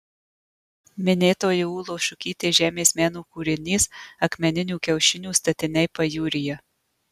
minėtoji ūlos šukytės žemės meno kūrinys akmeninių kiaušinių statiniai pajūryje